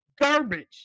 Garbage